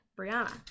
Brianna